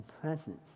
presence